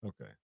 okay